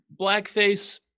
blackface